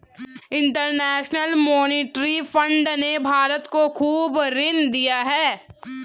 international monetary fund ने भारत को खूब ऋण दिया है